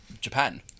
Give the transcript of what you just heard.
Japan